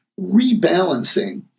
rebalancing